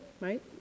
right